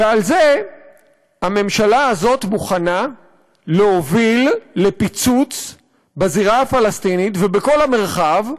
ועל זה הממשלה הזאת מוכנה להוביל לפיצוץ בזירה הפלסטינית ובכל המרחב.